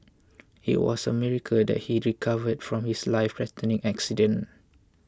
it was a miracle that he recovered from his lifethreatening accident